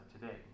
today